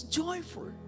joyful